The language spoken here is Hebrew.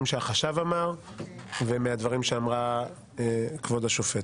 שהחשב אמר ומהדברים שאמרה כבוד השופטת.